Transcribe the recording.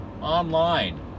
online